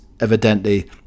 evidently